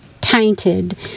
tainted